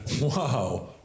Wow